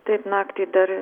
taip naktį dar